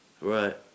Right